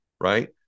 right